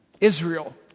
Israel